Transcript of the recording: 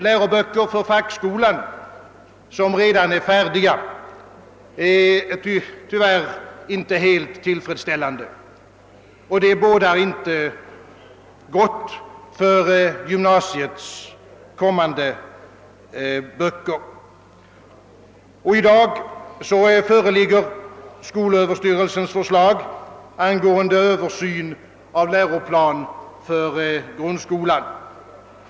Läroböcker för fackskolan, som redan är färdiga, är tyvärr inte helt tillfredsställande, och det bådar inte gott för gymnasiets kommande böcker. I dag föreligger skolöverstyrelsens förslag till översyn av läroplan för grundskolan.